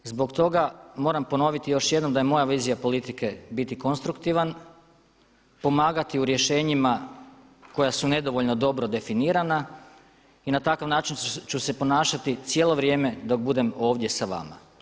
Zbog toga moram ponoviti još jednom da je moja vizija politike biti konstruktivan, pomagati u rješenjima koja su nedovoljno dobro definirana i na takav način ću se ponašati cijelo vrijeme dok budem ovdje sa vama.